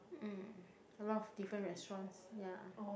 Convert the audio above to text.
um a lot of different restaurants ya